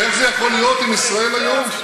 איך זה יכול להיות, עם "ישראל היום"?